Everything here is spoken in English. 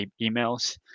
emails